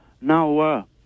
Now